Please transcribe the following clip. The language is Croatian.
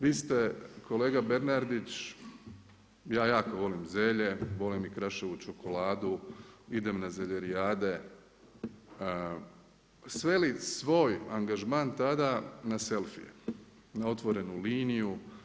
Vi ste kolega Bernardić, ja jako volim zelje, volim i Kraševu čokoladu, idem na zeljerijade, sveli svoj angažman tada na selfie, na otvorenu liniju.